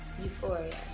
Euphoria